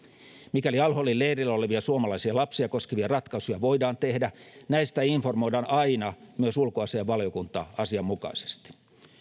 mikäli al holin leirillä olevia suomalaisia lapsia koskevia ratkaisuja voidaan tehdä näistä informoidaan aina myös ulkoasiainvaliokuntaa asianmukaisesti